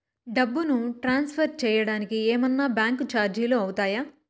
డబ్బును ట్రాన్స్ఫర్ సేయడానికి ఏమన్నా బ్యాంకు చార్జీలు అవుతాయా?